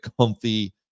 comfy